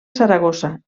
saragossa